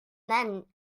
then